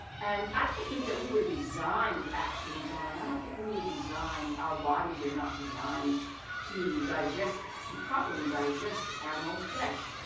and i don't think that we were designed actually john, i don't think we were designed, our bodies are not designed to digest, to properly digest animal flesh.